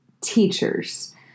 teachers